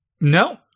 No